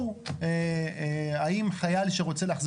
ואני חושב שאתה עושה